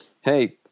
hey